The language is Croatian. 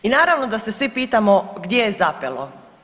I naravno da se svi pitamo gdje je zapelo.